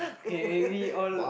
okay maybe all